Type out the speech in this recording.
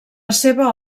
seva